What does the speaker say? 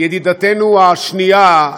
ידידתנו השנייה,